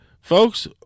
folks